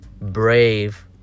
brave